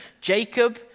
Jacob